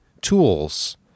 tools